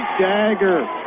dagger